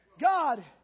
God